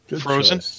Frozen